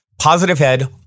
positivehead